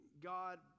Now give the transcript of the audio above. God